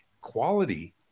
Quality